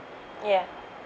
ya